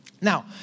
Now